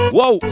Whoa